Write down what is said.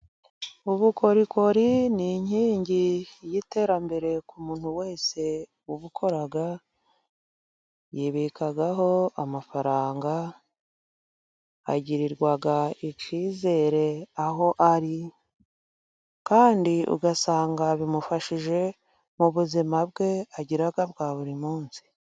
Ubukorikori ni inkingi y'iterambere ku muntu wese ubukora. Yibikaho amafaranga, agirirwa icyizere aho ari, kandi ugasanga bimufashije mu buzima bwe agira bwa buri munsi.